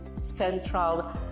central